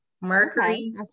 Mercury